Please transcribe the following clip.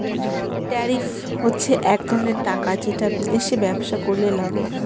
tariff হচ্ছে এক ধরনের টাকা যেটা বিদেশে ব্যবসা করলে লাগে